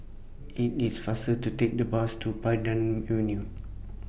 IT IT IS faster to Take The Bus to Pandan Avenue